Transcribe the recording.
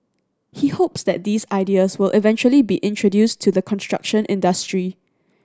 he hopes that these ideas will eventually be introduced to the construction industry